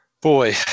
Boy